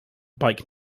bike